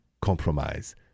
compromise